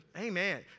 Amen